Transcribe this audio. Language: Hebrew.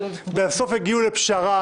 בסוף הגיעו לפשרה,